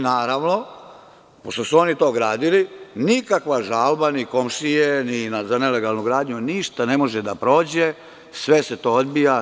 Naravno, pošto su oni to gradili, nikakva žalba ni komšije ni za nelegalnu gradnju, ništa ne može da prođe, sve se to odbija.